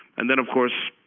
and then of course,